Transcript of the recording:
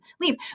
leave